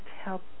help